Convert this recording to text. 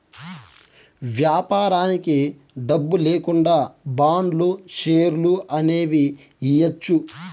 వ్యాపారానికి డబ్బు లేకుండా బాండ్లు, షేర్లు అనేవి ఇయ్యచ్చు